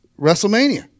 WrestleMania